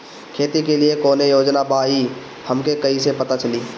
खेती के लिए कौने योजना बा ई हमके कईसे पता चली?